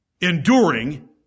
enduring